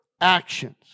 actions